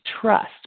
trust